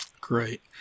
Great